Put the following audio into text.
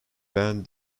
band